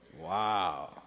Wow